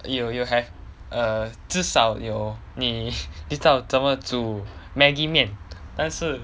you you have a 至少有你知道怎么煮 maggi 面但是